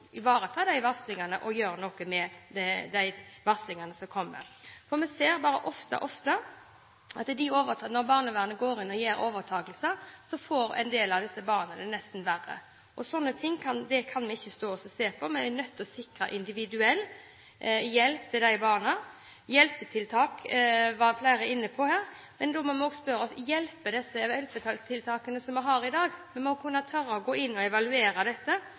ivareta varslene og å gjøre noe med de varslene som kommer. Vi ser oftere og oftere at når barnevernet går inn og overtar, får en del av disse barna det nesten verre. Slike ting kan vi ikke stå og se på. Vi er nødt til å sikre individuell hjelp til de barna. Flere var inne på hjelpetiltak. Da må vi spørre oss: Hjelper de hjelpetiltakene vi har i dag? Vi må tørre å gå inn og evaluere dette.